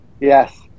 yes